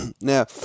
Now